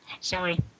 Sorry